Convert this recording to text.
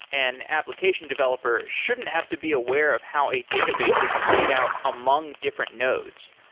an application developer shouldn't have to be aware of how a database is laid out among different nodes.